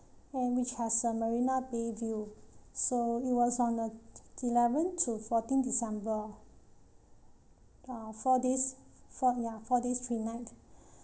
and which has a marina bay view so it was on the eleventh to fourteenth december ah four days four ya four days three night